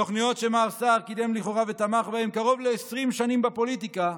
תוכניות שמר סער קידם לכאורה ותמך בהן קרוב ל-20 שנים בפוליטיקה,